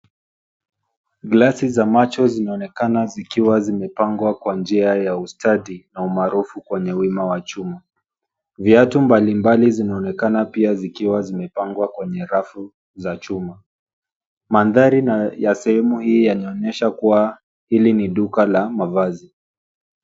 Glasi za macho zinaonekana zikiwa zimepangwa kwa njia ya ustadi na umaarufu kwenye wima wa chuma. Viatu mbalimbali zinaonekana pia zikiwa zimepangwa kwenye rafu za chuma. Mandhari na ya sehemu hii yanaonyesha kuwa hili ni duka la mavazi.